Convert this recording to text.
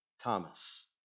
Thomas